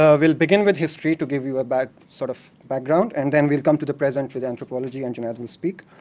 ah we'll begin with history to give you but sort of background, and then we'll come to the present for the anthropology, and junaid will speak.